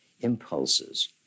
impulses